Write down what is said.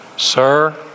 sir